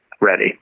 ready